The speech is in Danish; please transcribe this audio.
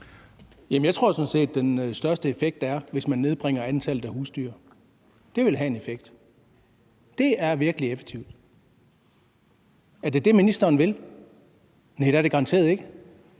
Jeg tror sådan set, den største effekt er, hvis man nedbringer antallet af husdyr. Det vil have en effekt. Det er virkelig effektivt. Er det det, ministeren vil? Næ, det er det garanteret ikke.